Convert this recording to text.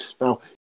now